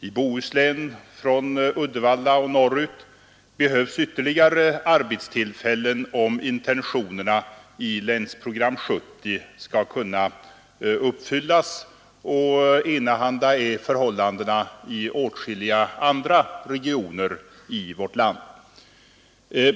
I Bohuslän, från Uddevalla och norrut, behövs ytterligare arbetstillfällen om intentionerna i Länsprogram 1970 skall kunna uppfyllas. Förhållandena är enahanda i åtskilliga andra regioner av vårt land.